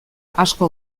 asko